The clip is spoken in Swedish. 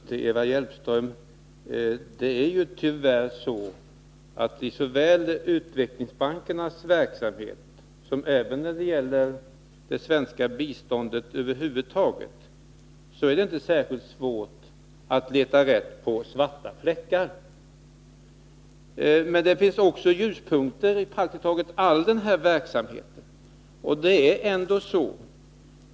Herr talman! Först vill jag säga till Eva Hjelmström att såväl när det gäller utvecklingsbankernas verksamhet som när det gäller det svenska biståndet över huvud taget är det tyvärr inte särskilt svårt att leta rätt på svarta fläckar. Men det finns också ljuspunkter i praktiskt taget all denna verksamhet.